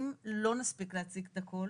אם לא נספיק להציג את הכל,